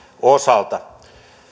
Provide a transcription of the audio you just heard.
osalta